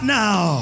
now